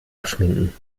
abschminken